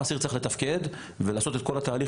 למה אסיר צריך לתפקד ולעשות את כל התהליך